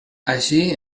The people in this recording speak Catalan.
així